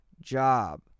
job